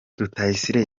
rutayisire